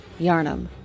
Yarnum